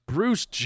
Bruce